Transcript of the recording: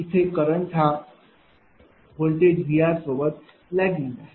इथे करंट हा voltage VR सोबत लैगिंग आहे